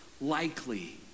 likely